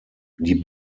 die